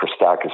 Christakis